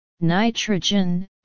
nitrogen